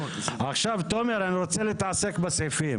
עכשיו, תומר, אני רוצה להתעסק בסעיפים.